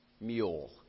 mule